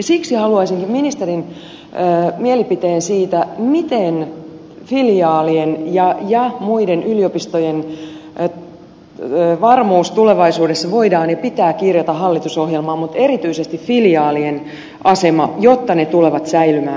siksi haluaisinkin ministerin mielipiteen siitä miten filiaalien ja muiden yliopistojen varmuus tulevaisuudessa voidaan ja pitää kirjata hallitusohjelmaan mutta erityisesti filiaalien asema jotta ne tulevat säilymään